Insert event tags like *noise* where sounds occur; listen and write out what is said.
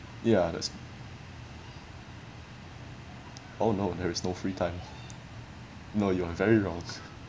ya that's oh no there is no free time no you are very wrong *laughs*